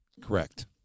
Correct